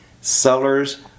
sellers